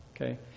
Okay